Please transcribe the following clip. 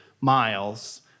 miles